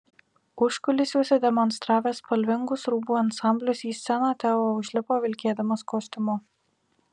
užkulisiuose demonstravęs spalvingus rūbų ansamblius į sceną teo užlipo vilkėdamas kostiumu